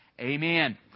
Amen